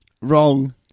Wrong